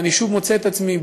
ואני שוב מוצא את עצמי,